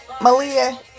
malia